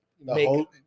make